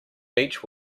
beech